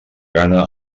gana